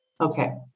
Okay